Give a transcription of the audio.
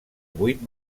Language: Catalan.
vuit